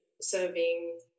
serving